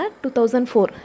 2004